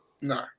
No